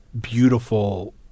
beautiful